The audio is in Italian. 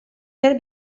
per